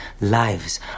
lives